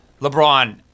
LeBron